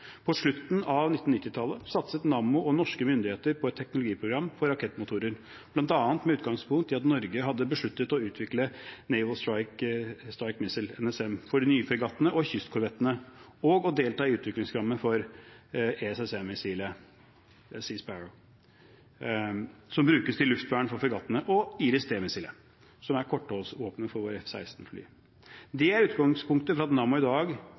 På slutten av 1990-tallet satset Nammo og norske myndigheter på et teknologiprogram for rakettmotorer, bl.a. med utgangspunkt i at Norge hadde besluttet å utvikle Naval Strike Missile, NSM, for de nye fregattene og kystkorvettene, og å delta i utviklingsprogrammet for ESSM-missilet Sea Sparrow, som brukes til luftvern for fregattene, og det missilet som er kortholdsvåpenet i våre F-16-fly. Det er utgangspunktet for at Nammo i dag